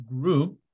group